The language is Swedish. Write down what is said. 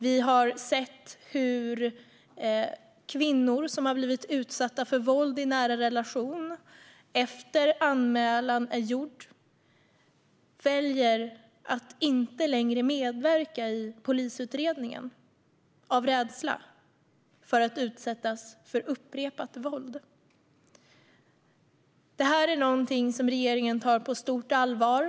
Vi har sett kvinnor som har blivit utsatta för våld i nära relation som efter att anmälan är gjord väljer att inte längre medverka i polisutredningen av rädsla för att utsättas för upprepat våld. Det är någonting som regeringen tar på stort allvar.